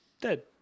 dead